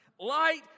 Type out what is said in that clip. Light